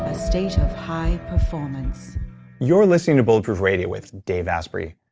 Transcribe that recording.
a state of high performance you're listening to bulletproof radio with dave asprey.